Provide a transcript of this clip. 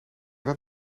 dat